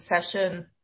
session